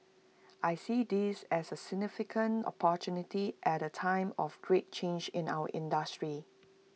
I see this as A significant opportunity at A time of great change in our industry